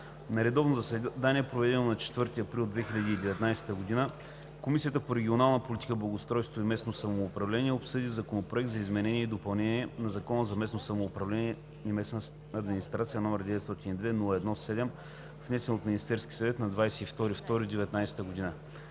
На редовно заседание, проведено на 4 април 2019 г., Комисията по регионална политика, благоустройство и местно самоуправление обсъди Законопроект за изменение и допълнение на Закона за местното самоуправление и местната администрация, № 902-01-7, внесен от Министерския съвет на 22 февруари